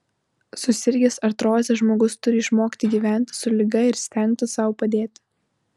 susirgęs artroze žmogus turi išmokti gyventi su liga ir stengtis sau padėti